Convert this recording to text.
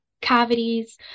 cavities